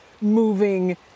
moving